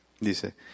Dice